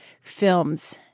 films